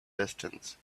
distance